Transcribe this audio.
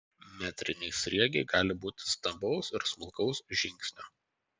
metriniai sriegiai gali būti stambaus ir smulkaus žingsnio